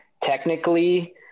technically